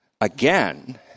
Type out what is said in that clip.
again